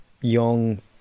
young